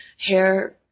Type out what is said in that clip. hair